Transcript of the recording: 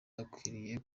akwiriye